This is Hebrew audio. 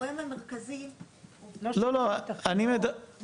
והגורם המרכזי הוא נשירה.